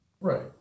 Right